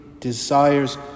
Desires